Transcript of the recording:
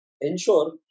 Ensure